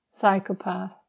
psychopath